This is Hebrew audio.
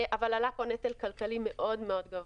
אבל עלה פה נטל כלכלי מאוד מאוד גבוה.